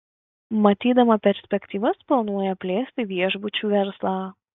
matydama perspektyvas planuoja plėsti viešbučių verslą